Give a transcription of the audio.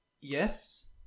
yes